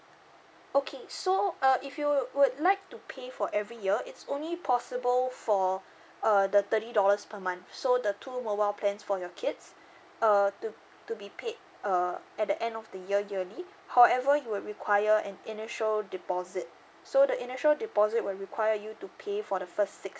okay so uh if you would like to pay for every year it's only possible for uh the thirty dollars per month so the two mobile plans for your kids err to to be paid uh at the end of the year yearly however you will require an initial deposit so the initial deposit will require you to pay for the first six